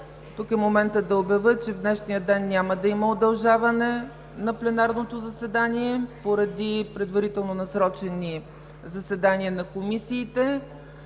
Тук е моментът да обявя, че в днешния ден няма да има удължаване на пленарното заседание поради предварително насрочени заседания на комисиите.